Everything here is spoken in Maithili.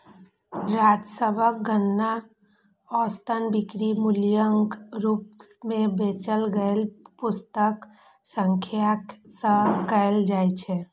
राजस्वक गणना औसत बिक्री मूल्यक रूप मे बेचल गेल वस्तुक संख्याक सं कैल जाइ छै